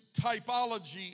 typology